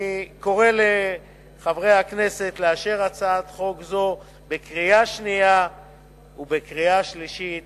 אני קורא לחברי הכנסת לאשר הצעת חוק זו בקריאה שנייה ובקריאה שלישית